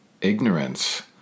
ignorance